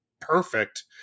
perfect